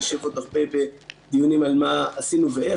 נשב עוד הרבה בדיונים על מה עשינו ואיך.